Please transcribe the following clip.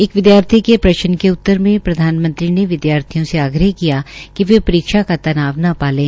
एक विदयार्थी के प्रश्न के उत्तर में प्रधानमंत्री ने विदयार्थी से आग्रह किया वे परीक्षा का तनाव न पाले